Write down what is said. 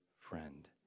friend